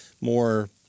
more